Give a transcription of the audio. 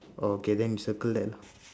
orh okay then you circle that lah